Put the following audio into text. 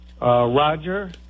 Roger